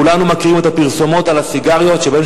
כולנו מכירים את הפרסומות על הסיגריות שבהן